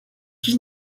qui